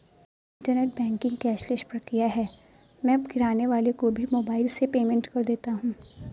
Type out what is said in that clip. internet banking cashless प्रक्रिया है मैं किराने वाले को भी मोबाइल से पेमेंट कर देता हूँ